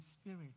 spirit